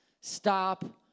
stop